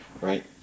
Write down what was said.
right